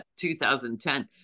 2010